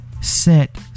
Set